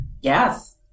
Yes